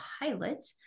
pilot